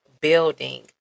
building